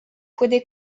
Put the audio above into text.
puede